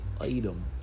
item